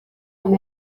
amb